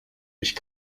dich